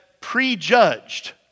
prejudged